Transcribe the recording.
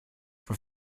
for